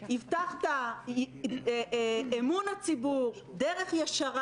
הבטחת אמון הציבור, דרך ישרה